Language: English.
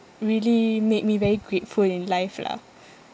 really made me very grateful in life lah